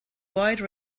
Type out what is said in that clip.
wide